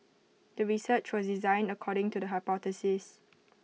the research was designed according to the hypothesis